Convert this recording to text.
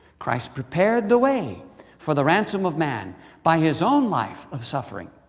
christ prepared the way for the ransom of man by his own life of suffering,